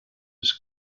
its